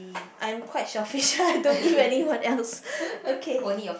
I'm quite selfish so I don't give anyone else okay